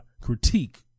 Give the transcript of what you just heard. critique